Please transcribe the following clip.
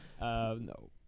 No